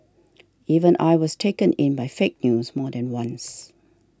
even I was taken in by fake news more than once